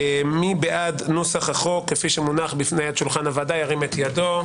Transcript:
מי בעד נוסח החוק כפי שמונח בפני שולחן הוועדה ירים את ידו.